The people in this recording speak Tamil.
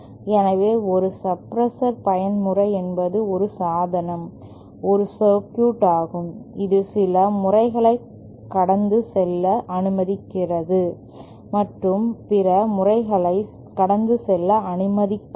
எனவே ஒரு சப்பிரஷர் பயன்முறை என்பது ஒரு சாதனம் ஒரு சர்க்யூட் ஆகும் இது சில முறைகளை கடந்து செல்ல அனுமதிக்கிறது மற்றும் பிற முறைகளை கடந்து செல்ல அனுமதிக்காது